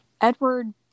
Edward